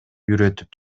үйрөтүп